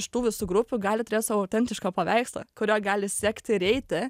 šitų visų grupių gali turėt savo autentišką paveikslą kurio gali sekti ir eiti